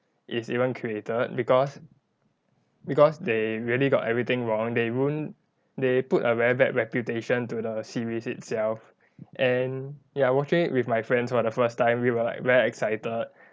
is even created because because they really got everything wrong they ruin they put a very bad reputation to the series itself and ya watching it with my friends for the first time we were like very excited